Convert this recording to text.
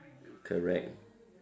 correct